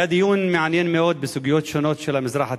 היה דיון מעניין מאוד בסוגיות שונות של המזרח התיכון,